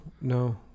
no